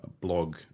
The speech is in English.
blog